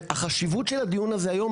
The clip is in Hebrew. והחשיבות של הדיון הזה היום,